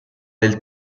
del